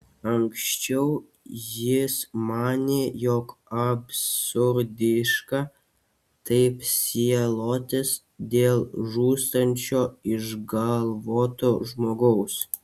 anksčiau jis manė jog absurdiška taip sielotis dėl žūstančio išgalvoto žmogaus